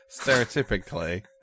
Stereotypically